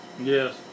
Yes